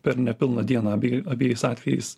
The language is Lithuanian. per nepilną dieną abejais atvejais